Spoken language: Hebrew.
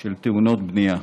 של תאונות בנייה.